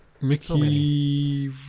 Mickey